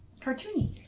cartoony